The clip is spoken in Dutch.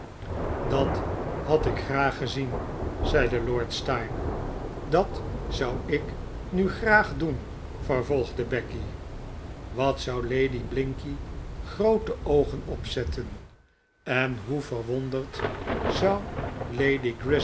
dat had ik graag gezien zeide lord steyne f dat zou ik nu graag doen vervolgde becky wat zou lady blinkey groote oogen opzetten en hoe verwonderd zou